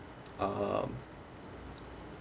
um